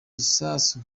gisasu